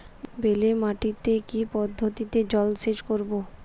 বেলে মাটিতে কি পদ্ধতিতে জলসেচ করব?